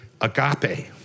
agape